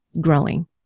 growing